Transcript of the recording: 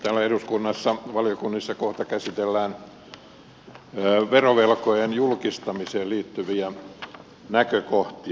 täällä eduskunnassa valiokunnissa kohta käsitellään verovelkojen julkistamiseen liittyviä näkökohtia